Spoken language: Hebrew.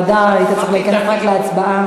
היית צריך להיכנס רק להצבעה.